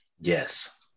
Yes